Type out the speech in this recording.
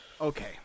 okay